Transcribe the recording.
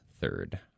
third